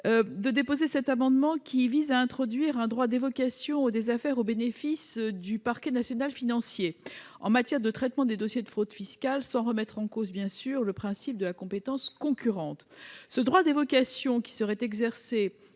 de présenter un amendement qui vise à introduire un droit d'évocation des affaires au bénéfice du parquet national financier, en matière de traitement des dossiers de fraude fiscale, sans remettre bien sûr en cause le principe de la compétence concurrente. Ce droit d'évocation, qui serait exercé